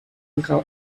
two